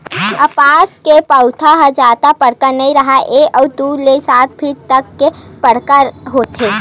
कपसा के पउधा ह जादा बड़का नइ राहय ए ह दू ले सात फीट तक के बड़का होथे